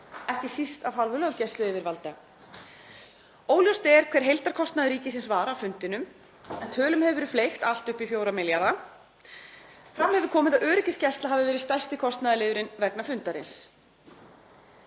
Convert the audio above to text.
ekki síst af hálfu löggæsluyfirvalda. Óljóst er hver heildarkostnaður ríkisins var af fundinum en tölum hefur verið fleygt allt upp í 4 milljarða. Fram hefur komið að öryggisgæsla hafi verið stærsti kostnaðarliðurinn vegna fundarins.